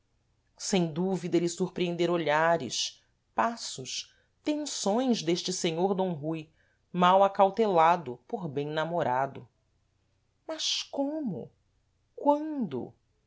sem dúvida êle surpreendera olhares passos tenções dêste senhor d rui mal acautelado por bem namorado mas como quando